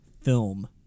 film